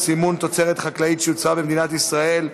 סימון תוצרת חקלאית שיוצרה במדינת ישראל),